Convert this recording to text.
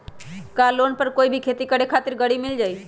का लोन पर कोई भी खेती करें खातिर गरी मिल जाइ?